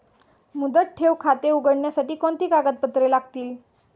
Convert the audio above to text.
मुदत ठेव खाते उघडण्यासाठी कोणती कागदपत्रे लागतील?